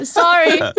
sorry